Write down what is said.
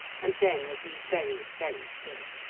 and then grew very, very still.